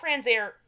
Transair